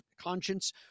conscience